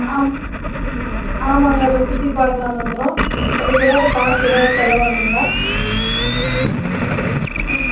ஆம் ஆமாங்க அதை சுற்றி பார்க்கலாம்னு இருக்கிறோம் அதுக்கு ஏதாவது காசு ஏதாவது செலவாகுங்களா ம்